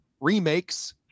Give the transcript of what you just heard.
remakes